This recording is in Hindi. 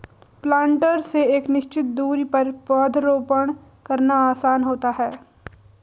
प्लांटर से एक निश्चित दुरी पर पौधरोपण करना आसान होता है